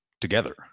together